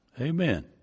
Amen